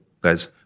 guys